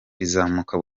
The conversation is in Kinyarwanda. rizamuka